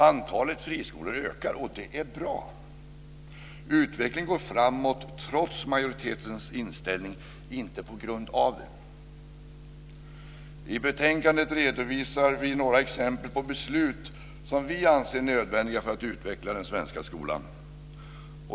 Antalet friskolor ökar, och det är bra. Utvecklingen går framåt trots majoritetens inställning, inte på grund av den. I betänkandet redovisar vi några exempel på beslut som vi anser nödvändiga för att utveckla den svenska skolan.